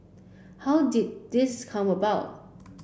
how did this come about